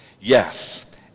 Yes